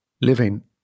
living